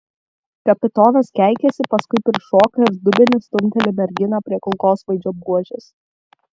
kapitonas keikiasi paskui prišoka ir dubeniu stumteli merginą prie kulkosvaidžio buožės